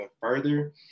further